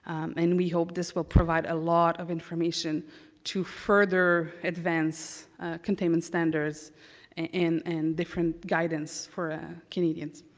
and we hope this will provide a lot of information to further advance containment standards and and different guidance for canadians.